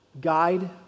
guide